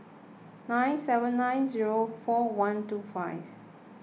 nine seven nine zero four one two five